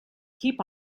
keep